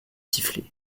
sifflait